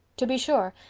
to be sure,